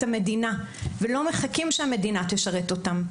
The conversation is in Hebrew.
המדינה ולא מחכים שהמדינה תשרת אותם.